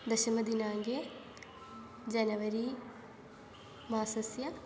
दशमदिनाङ्के जनवरी मासस्य